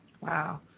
Wow